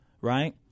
Right